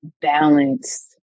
balanced